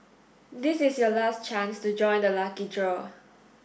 this is your last chance to join the lucky draw